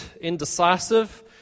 indecisive